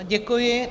Děkuji.